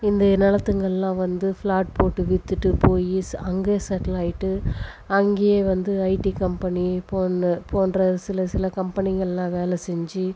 இன்றைய நிலத்துங்களல்லாம் வந்து ஃபிளாட் போட்டு விற்றுட்டு போய் அங்கேயே செட்டில் ஆகிட்டு அங்கேயே வந்து ஐடி கம்பெனி போனு போன்ற சில சில கம்பெனிகளெலாம் வேலை செஞ்சு